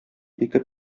ике